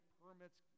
permits